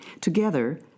Together